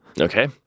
Okay